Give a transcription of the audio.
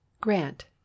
Grant